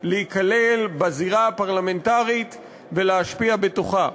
להיכלל בזירה הפרלמנטרית ולהשפיע בתוכה.